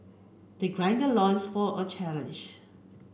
they gird their loins for a challenge